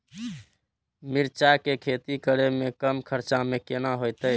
मिरचाय के खेती करे में कम खर्चा में केना होते?